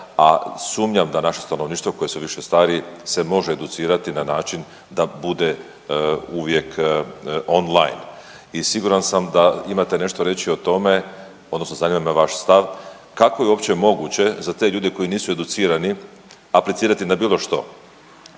a sumnjam da naše stanovništvo koje su više stariji se može educirati na način da bude uvijek online. I siguran sam da imate nešto reći o tome odnosno zanima me vaš stav, kako je uopće moguće za te ljude koji nisu educirani aplicirati na bilo što,